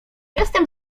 jestem